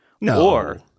No